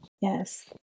yes